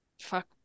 fuck